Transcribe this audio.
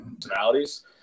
personalities